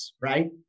right